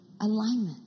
Alignment